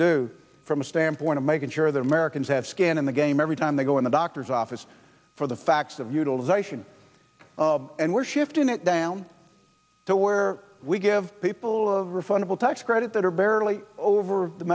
do from a standpoint of making sure that americans have skin in the game every time they go in a doctor's office for the facts of utilization and we're shifting it down to where we give people a refundable tax credit that are barely over the